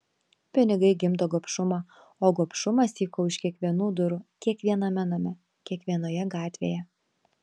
pinigai gimdo gobšumą o gobšumas tyko už kiekvienų durų kiekviename name kiekvienoje gatvėje